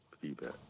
feedback